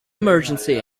emergency